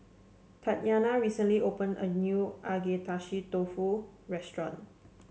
Tatyana recently opened a new Agedashi Dofu restaurant